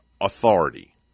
authority